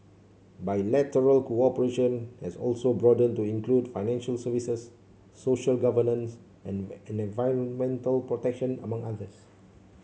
bilateral cooperation has also broadened to include financial services social governance and and environmental protection among others